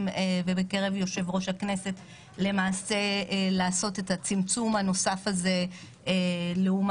ובקרב יושב-ראש הכנסת לעשות את הצמצום הנוסף הזה לעומת